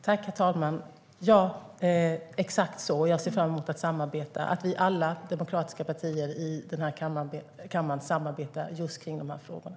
Herr talman! Ja, exakt så. Jag ser fram emot att alla vi demokratiska partier i den här kammaren samarbetar just i de här frågorna.